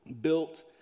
built